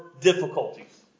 difficulties